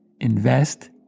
invest